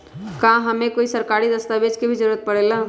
का हमे कोई सरकारी दस्तावेज के भी जरूरत परे ला?